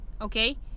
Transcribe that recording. Okay